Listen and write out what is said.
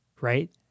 right